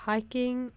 Hiking